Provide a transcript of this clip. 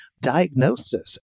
diagnosis